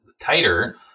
tighter